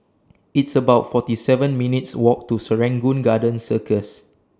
It's about forty seven minutes' Walk to Serangoon Garden Circus